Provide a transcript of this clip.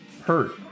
hurt